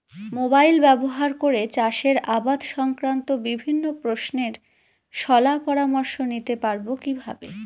Mobile ব্যাবহার করে চাষের আবাদ সংক্রান্ত বিভিন্ন প্রশ্নের শলা পরামর্শ নিতে পারবো কিভাবে?